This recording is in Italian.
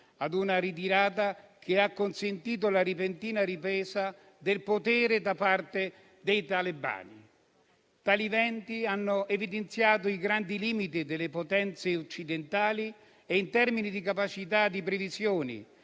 a una ritirata che ha consentito la repentina ripresa del potere da parte dei talebani. Tali eventi hanno evidenziato i grandi limiti delle potenze occidentali, anche in termini di capacità di previsione